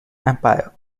empire